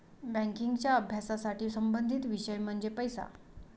बँकिंगच्या अभ्यासाशी संबंधित विषय म्हणजे पैसा